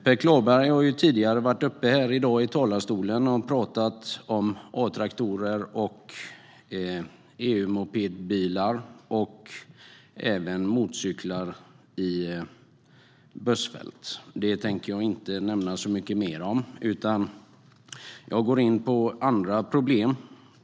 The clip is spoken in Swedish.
Per Klarberg har tidigare i dag varit uppe här i talarstolen och pratat om A-traktorer, EU-mopedbilar och även motorcyklar i busskörfält. Det tänker jag inte nämna så mycket mer om, utan jag går in på andra problem.